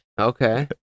Okay